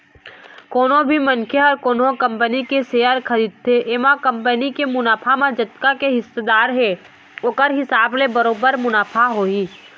कोनो भी मनखे ह कोनो कंपनी के सेयर खरीदथे एमा कंपनी के मुनाफा म जतका के हिस्सादार हे ओखर हिसाब ले बरोबर मुनाफा होही